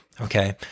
Okay